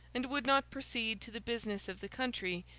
and would not proceed to the business of the country,